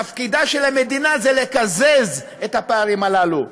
תפקידה של המדינה הוא לקזז את הפערים הללו,